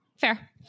fair